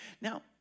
Now